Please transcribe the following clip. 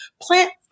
plant